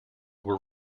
were